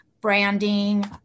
branding